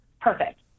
perfect